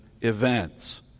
events